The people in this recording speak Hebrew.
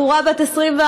בחורה בת 21,